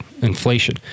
inflation